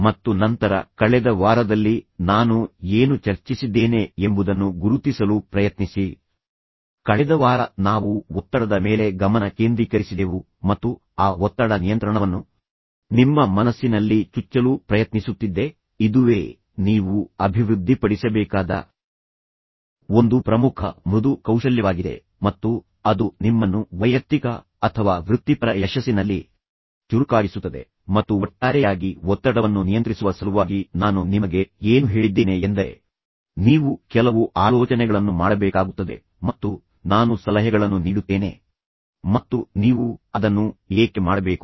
ಮತ್ತು ನಂತರ ಕಳೆದ ವಾರದಲ್ಲಿ ನಾನು ಏನು ಚರ್ಚಿಸಿದ್ದೇನೆ ಎಂಬುದನ್ನು ಗುರುತಿಸಲು ಪ್ರಯತ್ನಿಸಿ ಕಳೆದ ವಾರ ನಾವು ಒತ್ತಡದ ಮೇಲೆ ಗಮನ ಕೇಂದ್ರೀಕರಿಸಿದೆವು ಮತ್ತು ನಂತರ ನಾನು ಆ ಒತ್ತಡ ನಿಯಂತ್ರಣವನ್ನು ನಿಮ್ಮ ಮನಸ್ಸಿನಲ್ಲಿ ಚುಚ್ಚಲು ಪ್ರಯತ್ನಿಸುತ್ತಿದ್ದೆ ಇದುವೇ ನೀವು ಅಭಿವೃದ್ಧಿಪಡಿಸಬೇಕಾದ ಒಂದು ಪ್ರಮುಖ ಮೃದು ಕೌಶಲ್ಯವಾಗಿದೆ ಮತ್ತು ಅದು ನಿಮ್ಮನ್ನು ವೈಯಕ್ತಿಕ ಅಥವಾ ವೃತ್ತಿಪರ ಯಶಸ್ಸಿನಲ್ಲಿ ಚುರುಕಾಗಿಸುತ್ತದೆ ಮತ್ತು ನಂತರ ನಿಮಗೆ ಒತ್ತಡವನ್ನು ನಿಯಂತ್ರಿಸುವ ಬಗ್ಗೆ ಕೆಲವು ಸಲಹೆಗಳನ್ನು ನೀಡುತ್ತವೆ ಮತ್ತು ಒಟ್ಟಾರೆಯಾಗಿ ಒತ್ತಡವನ್ನು ನಿಯಂತ್ರಿಸುವ ಸಲುವಾಗಿ ನಾನು ನಿಮಗೆ ಏನು ಹೇಳಿದ್ದೇನೆ ಎಂದರೆ ನೀವು ಕೆಲವು ಆಲೋಚನೆಗಳನ್ನು ಮಾಡಬೇಕಾಗುತ್ತದೆ ಮತ್ತು ನಂತರ ನಾನು ನಿಮಗೆ ಸಲಹೆಗಳನ್ನು ನೀಡುತ್ತೇನೆ ಮತ್ತು ನೀವು ಅದನ್ನು ಏಕೆ ಮಾಡಬೇಕು